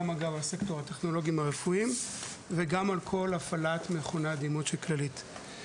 על סקטור הטכנולוגים הרפואיים ועל כל הפעלת מכוני הדימות של הכללית.